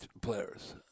players